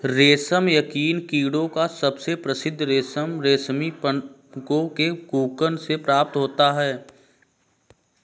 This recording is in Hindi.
रेशम यकीनन कीड़ों का सबसे प्रसिद्ध रेशम रेशमी पतंगों के कोकून से प्राप्त होता है